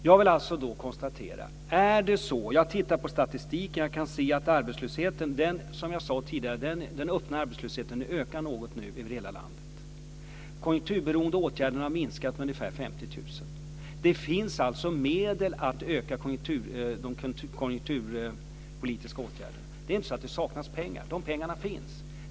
Jag vill alltså konstatera detta: jag tittar på statistiken och kan se att den öppna arbetslösheten, som jag sade tidigare, nu ökar något över hela landet. De konjunkturberoende åtgärderna har minskat med ungefär 50 000. Det finns alltså medel att öka de konjunkturpolitiska åtgärderna. Det saknas inte pengar, utan pengarna finns.